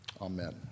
Amen